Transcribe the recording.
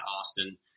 Austin